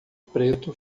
preto